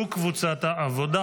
קבוצת סיעת העבודה,